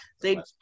they-